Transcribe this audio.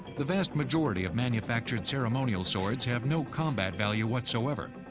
the vast majority of manufactured ceremonial swords have no combat value whatsoever.